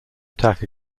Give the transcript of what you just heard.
attack